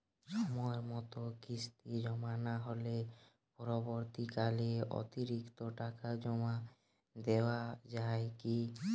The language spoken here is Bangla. সময় মতো কিস্তি জমা না হলে পরবর্তীকালে অতিরিক্ত টাকা জমা দেওয়া য়ায় কি?